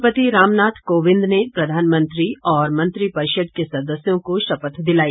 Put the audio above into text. राष्ट्रपति रामनाथ कोविंद ने प्रधानमंत्री और मंत्रिपरिषद के सदस्यों को शपथ दिलाई